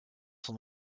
son